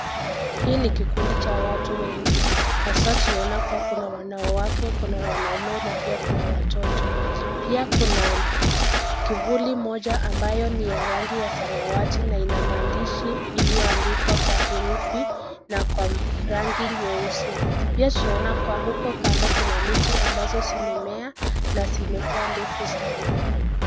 Hii ni kikundi cha watu wengi. Haswa tunaona kuwa kuna wanawake, Kuna wanaume na pia kuna watoto. Pia kuna kivuli moja ambayo ni ya rangi ya samawati na ina maandishi iliyo andikwa kwa herufi na kwa rangi nyeusi. Pia tunaona kuwa huko kando kuna miti ambazo zimemea na zimekuwa ndefu sana.